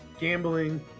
gambling